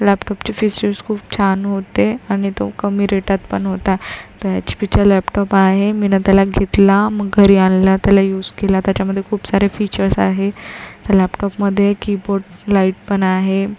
लॅपटॉपचे features खूप छान होते आणि तो कमी रेटात पण होता त्या एच पी चा लॅपटॉप आहे मी त्याला घेतला मग घरी आणला त्याला यूज केला त्याच्यामध्ये खूप सारे फीचर्स आहे त्या लॅपटॉपमध्ये कीबोर्ड लाईट पण आहे